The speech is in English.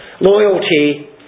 Loyalty